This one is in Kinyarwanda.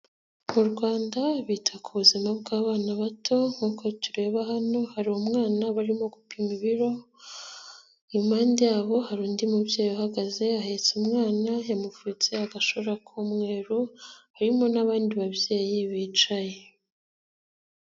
Mu Rwanda bita ku buzima bw'abana bato nk'uko tureba hano hari umwana barimo gupima ibiro, impande yabo hari undi mubyeyi uhagaze ahetse umwana, yamupfutse agashora ku mweru, harimo n'abandi babyeyi bicaye.